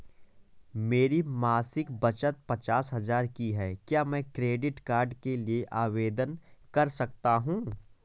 मेरी मासिक बचत पचास हजार की है क्या मैं क्रेडिट कार्ड के लिए आवेदन कर सकता हूँ?